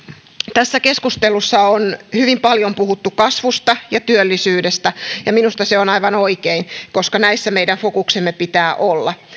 tässä keskustelussa on hyvin paljon puhuttu kasvusta ja työllisyydestä ja minusta se on aivan oikein koska näissä meidän fokuksemme pitää olla